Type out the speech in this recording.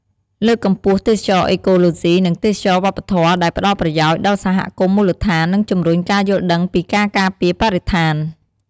លើកកម្ពស់ទេសចរណ៍អេកូឡូស៊ី និងទេសចរណ៍វប្បធម៌ ដែលផ្តល់ប្រយោជន៍ដល់សហគមន៍មូលដ្ឋាន និងជំរុញការយល់ដឹងពីការការពារបរិស្ថាន។